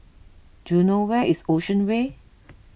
do you know where is Ocean Way